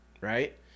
right